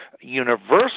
universal